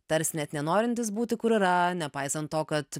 tarsi net nenorintys būti kur yra nepaisant to kad